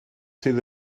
sydd